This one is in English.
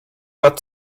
but